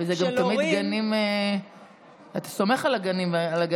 וזה תמיד גנים אתה סומך על הגן.